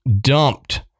dumped